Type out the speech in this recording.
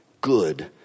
good